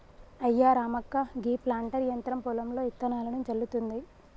అయ్యా రామక్క గీ ప్లాంటర్ యంత్రం పొలంలో ఇత్తనాలను జల్లుతుంది